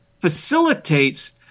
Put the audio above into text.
Facilitates